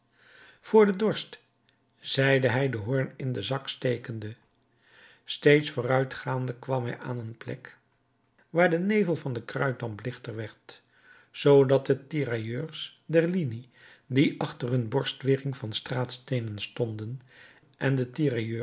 voor den dorst zeide hij den hoorn in den zak stekende steeds vooruitgaande kwam hij aan een plek waar de nevel van den kruitdamp lichter werd zoodat de tirailleurs der linie die achter hun borstwering van straatsteenen stonden en de